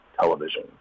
television